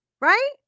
right